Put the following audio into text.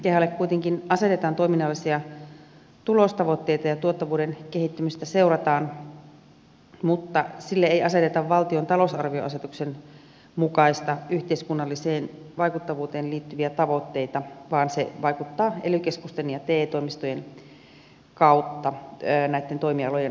kehalle kuitenkin asetetaan toiminnallisia tulostavoitteita ja tuottavuuden kehittymistä seurataan mutta sille ei aseteta valtion talousarvioasetuksen mukaisia yhteiskunnalliseen vaikuttavuuteen liittyviä tavoitteita vaan se vaikuttaa ely keskusten ja te toimistojen kautta näitten toimialojen vaikuttavuuteen